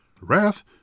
Wrath